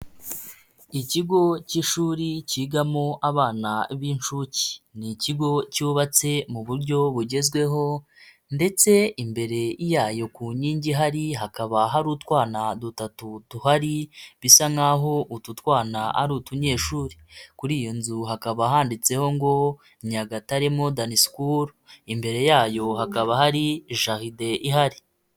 Ikigo cy'ishuri cyigamo abana b'incuke, ni ikigo cyubatse mu buryo bugezweho ndetse imbere yayo ku nkingi ihari, hakaba hari utwana dutatu duhari, bisa nk'aho utu twana ari utunyeshuri, kuri iyo nzu hakaba handitseho ngo Nyagatare modern school, imbere yayo hakaba hari jaride ihari.